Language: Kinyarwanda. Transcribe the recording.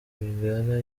rwigara